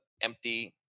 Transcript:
empty